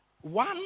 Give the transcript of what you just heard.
One